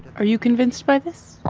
are you convinced by this?